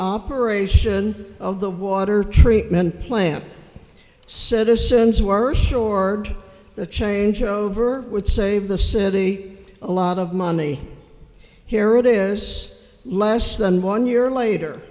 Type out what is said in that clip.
operation of the water treatment plant citizen's worst shored the changeover would save the city a lot of money here it is less than one year later